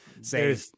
say